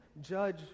judge